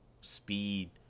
speed